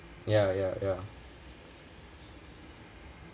ya ya ya